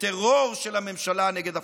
וטרור של הממשלה נגד הפלסטינים.